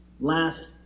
last